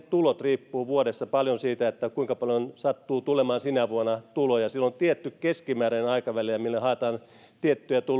tulot riippuvat vuodessa paljon siitä kuinka paljon sattuu tulemaan sinä vuonna tuloja sillä on tietty keskimääräinen aikaväli mille haetaan tiettyjä